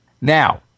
Now